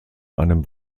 einem